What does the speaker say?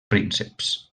prínceps